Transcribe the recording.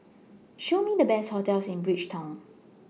Show Me The Best hotels in Bridgetown